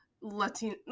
Latin